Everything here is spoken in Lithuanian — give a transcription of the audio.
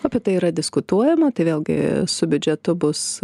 apie tai yra diskutuojama tai vėlgi su biudžetu bus